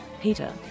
Peter